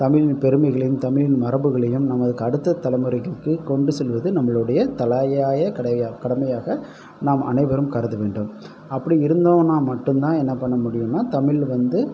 தமிழின் பெருமைகளும் தமிழின் மரபுகளையும் நமது அடுத்த தலைமுறைகளுக்கு கொண்டு செல்வது நம்மளுடைய தலையாய கடமையாக நாம் அனைவரும் கருதவேண்டும் அப்படி இருந்தோம்னா மட்டும்தான் என்ன பண்ண முடியும்னால் தமிழ் வந்து